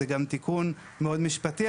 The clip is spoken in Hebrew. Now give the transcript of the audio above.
זה גם תיקון מאוד משפטי,